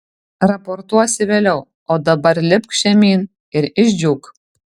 raportuosi vėliau o dabar lipk žemyn ir išdžiūk